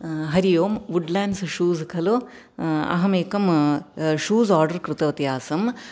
Hari Om Woodlands shoes खलु अहमेकं shoes order कृतवती आसम्